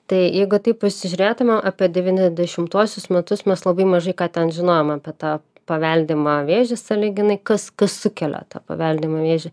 tai jeigu taip pasižiūrėtumėm apie devyniasdešimtuosius metus mes labai mažai ką ten žinojome apie tą paveldimą vėžį sąlyginai kas kas sukelia tą paveldimą vėžį